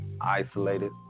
isolated